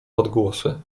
odgłosy